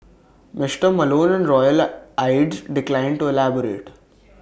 Mister Malone royal aides declined to elaborate